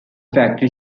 factory